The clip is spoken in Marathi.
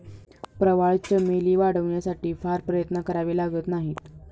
प्रवाळ चमेली वाढवण्यासाठी फार प्रयत्न करावे लागत नाहीत